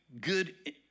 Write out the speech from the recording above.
good